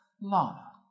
Lana